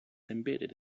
embedded